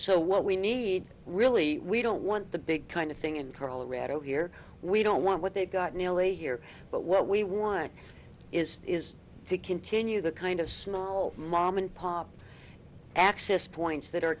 what we need really we don't want the big kind of thing in colorado here we don't want what they've got nearly here but what we want is is to continue the kind of small mom and pop access points that are